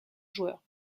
joueur